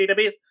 database